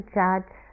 judge